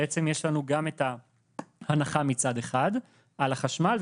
בעצם יש לנו גם את ההנחה מצד אחד על החשמל,